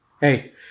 Hey